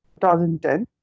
2010